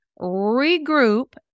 regroup